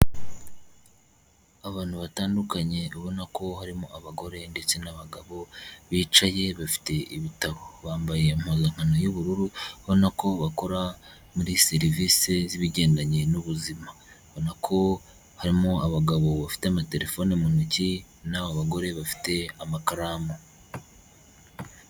Abantu batandukanye ubona ko harimo abagore ndetse n'abagabo, bicaye bafite ibitabo bambaye impuzankano y'ubururu ubona ko bakora muri serivisi z'ibigendanye n'ubuzima, ubona ko harimo abagabo bafite amatelefone mu ntoki n'abagore bafite amakaramu.